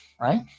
right